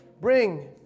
bring